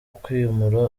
kwimura